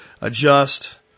adjust